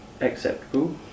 acceptable